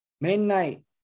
midnight